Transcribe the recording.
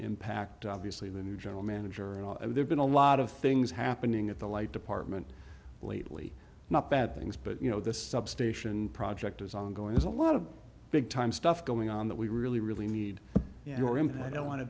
impact obviously the new general manager and there's been a lot of things happening at the light department lately not bad things but you know this substation project is ongoing is a lot of big time stuff going on that we really really need your input i don't want to